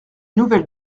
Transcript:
nouvelles